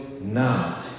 now